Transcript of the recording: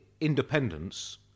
independence